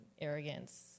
arrogance